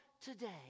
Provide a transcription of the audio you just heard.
today